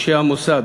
אנשי המוסד,